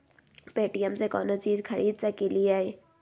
Paytm से कौनो चीज खरीद सकी लिय?